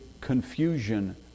confusion